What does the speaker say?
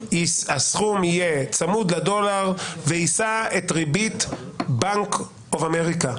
יהיה צמוד לדולר ויישא את ריבית בנק אוף אמריקה".